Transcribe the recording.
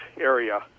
area